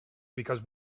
because